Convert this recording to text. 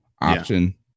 option